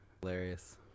Hilarious